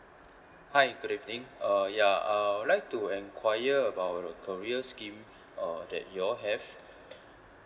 hi good even uh ya uh I would like to enquire about a career scheme uh that you all have